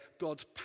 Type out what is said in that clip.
God's